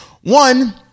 One